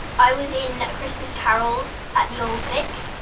i was in a christmas carol at the old vic.